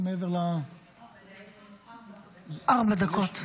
ארבע דקות.